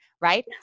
right